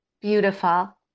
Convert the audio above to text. beautiful